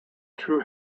true